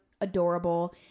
adorable